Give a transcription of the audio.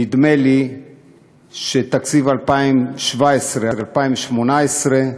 נדמה לי שלתקציב 2017 2018,